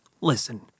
listen